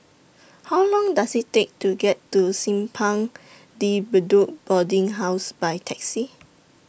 How Long Does IT Take to get to Simpang De Bedok Boarding House By Taxi